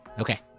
Okay